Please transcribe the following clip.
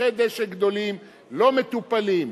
שטחי דשא גדולים לא מטופלים.